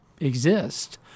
exist